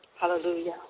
Hallelujah